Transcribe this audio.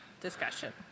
discussion